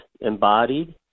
embodied